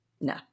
No